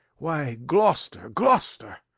why, gloucester, gloucester,